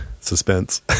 suspense